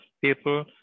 people